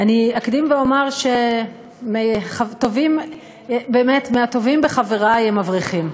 אני אקדים ואומר שמהטובים בחברי הם אברכים.